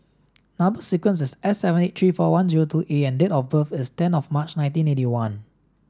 number sequence is S seven eight three four one zero two A and date of birth is ten of March nineteen eighty one